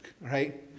right